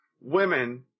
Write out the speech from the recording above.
women